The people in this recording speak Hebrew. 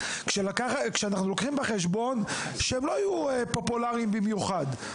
כשאנחנו לוקחים בחשבון שהם לא יהיו פופולריים במיוחד,